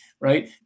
right